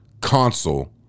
console